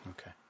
Okay